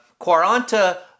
Quaranta